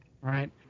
right